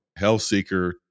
Hellseeker